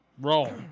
Roll